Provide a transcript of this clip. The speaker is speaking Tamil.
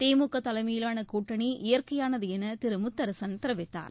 திமுக தலைமையிலான கூட்டணி இயற்கையானது என திரு முத்தரசன் தெரிவித்தார்